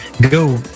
go